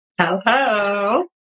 Hello